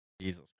Jesus